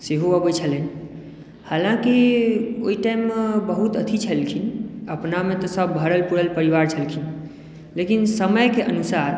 सेहो अबै छलै हलाँकी ओहि टाइम मे बहुत अथि छलखिन अपनामे तऽ सभ भरल पूरल परिवार छलखिन लेकिन समयके अनुसार